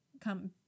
come